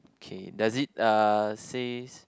K does it uh says